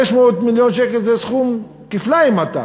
500 מיליון שקל זה סכום כפליים עתק.